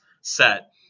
set